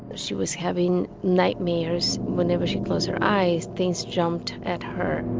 she was having nightmares whenever she closed her eyes things jumped at her.